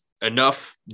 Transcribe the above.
enough